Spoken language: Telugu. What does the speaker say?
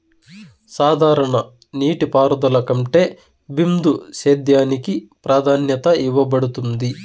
సాధారణ నీటిపారుదల కంటే బిందు సేద్యానికి ప్రాధాన్యత ఇవ్వబడుతుంది